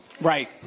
Right